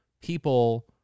people